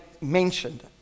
mentioned